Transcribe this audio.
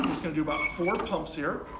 gonna do about four pumps here.